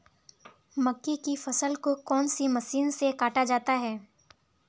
मक्के की फसल को कौन सी मशीन से काटा जाता है?